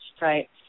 right